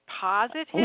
positive